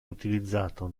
utilizzato